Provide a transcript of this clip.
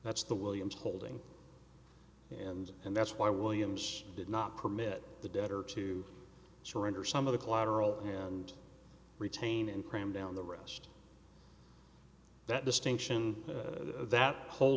that's the williams holding and and that's why williams did not permit the debtor to surrender some of the collateral and retain and cram down the rest that distinction that